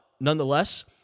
nonetheless